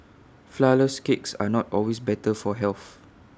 Flourless Cakes are not always better for health